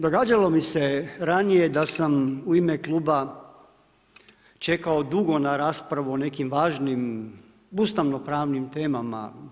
Događalo mi se ranije da sam u ime Kluba čekao dugo na raspravu o nekim važnim ustavno-pravnim temama.